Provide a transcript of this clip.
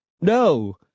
no